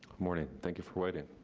morning, thank you for waiting.